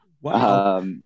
Wow